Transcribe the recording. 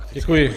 Děkuji.